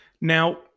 Now